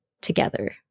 together